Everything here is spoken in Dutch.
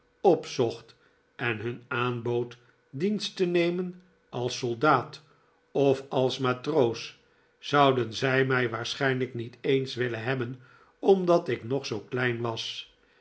opzocht en hun aanbood dienst te nemen als soldaat of als matroos zouden zij mij waarschijnlijk niet eens willen hebben omdat ik nog zoo klein was